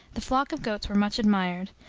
the flock of goats were much admired,